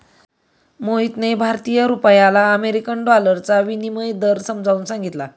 मोहितने भारतीय रुपयाला अमेरिकन डॉलरचा विनिमय दर समजावून सांगितला